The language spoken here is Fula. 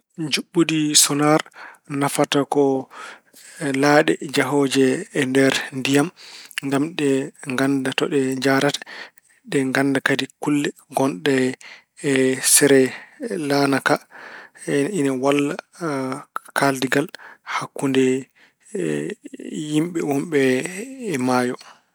Njuɓɓudi sonar nafata ko laaɗe njahooje e nder ndiyam ngam ɗe ngannda to ɗe njahrata. Ɗe ngannda kadi kulle ngonɗe e sere laana ka. E ina walla kaaldigal hakkunde yimɓe wonɓe e maayo.